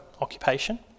occupation